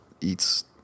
eats